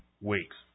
weeks